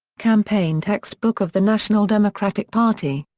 campaign text-book of the national democratic party.